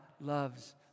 loves